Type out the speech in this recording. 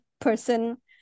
person